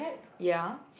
ya